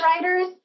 Writers